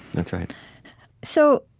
that's right so,